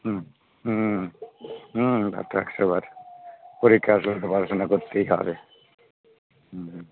হুম হুম হুম হুম তা তো একশোবার পরীক্ষা আসলে তো পড়াশোনা করতেই হবে হুম